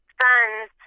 sons